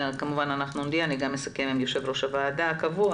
אני גם אסכם עם יושב ראש הוועדה הקבוע